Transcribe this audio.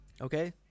okay